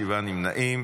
שבעה נמנעים.